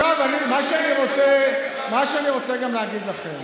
מה שאני רוצה גם להגיד לכם,